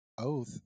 oath